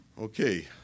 Okay